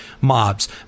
mobs